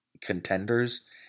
contenders